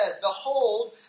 Behold